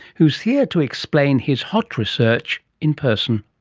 he was here to explain his hot research in person.